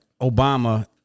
Obama